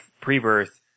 pre-birth